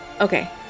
Okay